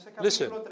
Listen